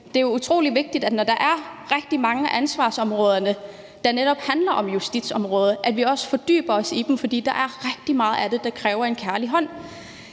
det er jo utrolig vigtigt, at vi, når der er rigtig mange af ansvarsområderne, der netop handler om justitsområdet, også fordyber os i dem, for der er rigtig meget af det, der kræver en kærlig hånd.